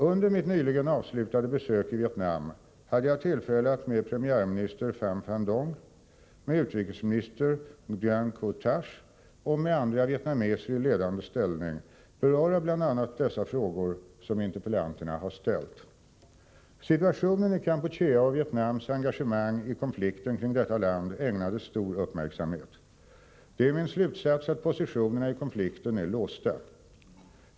Under mitt nyligen avslutade besök i Vietnam hade jag tillfälle att med premiärminister Pham Van Dong, med utrikesminister Nquyen Co Thach och med andra vietnameser i ledande ställning beröra bl.a. de frågor som interpellanterna har ställt. Situationen i Kampuchea och Vietnams engagemang i konflikten kring detta land ägnades stor uppmärksamhet. Det är min slutsats att positionerna i konflikten är låsta.